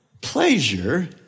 pleasure